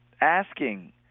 asking